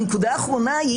הנקודה האחרונה.